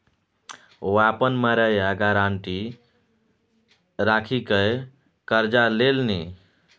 ओ अपन मड़ैया गारंटी राखिकए करजा लेलनि